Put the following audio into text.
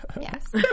Yes